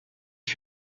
ich